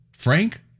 Frank